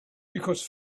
because